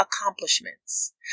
accomplishments